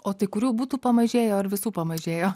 o tai kurių būtų pamažėjo ar visų pamažėjo